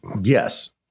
Yes